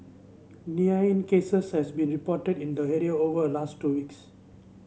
cases has been reported in the area over a last two weeks